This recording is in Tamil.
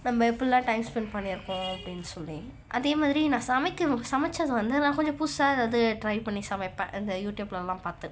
நம்ம எப்படிலாம் டைம் ஸ்பெண்ட் பண்ணியிருக்கோம் அப்படினு சொல்லி அதே மாதிரி நான் சமைக்கும் போது சமைத்தது வந்து நான் கொஞ்சம் புதுசாக ஏதாவது ட்ரை பண்ணி சமைப்பேன் இந்த யூட்யூப்லலாம் பார்த்து